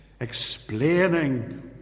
explaining